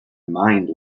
mind